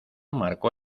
marcó